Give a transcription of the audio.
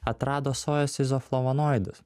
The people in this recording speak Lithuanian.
atrado sojos izoflavonoidus